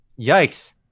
yikes